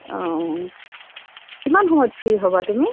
অঁ কিমান সময়ত ফ্ৰী হ'বা তুমি